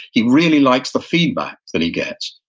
he really likes the feedback that he gets.